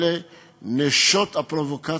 אלה נשות הפרובוקציה,